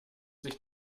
sich